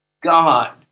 God